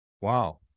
Wow